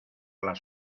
las